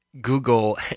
Google